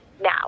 now